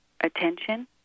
attention